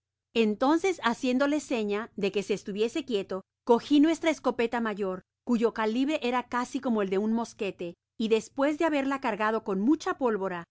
entonces haciéndole seña de que se estuviese quieto cogi nuestra escopeta mayor cuyo calibre era casi como el de un mosquete y despues de haberla cargado con mucha pólvora